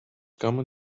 common